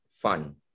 Fun